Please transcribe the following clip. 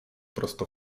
prosto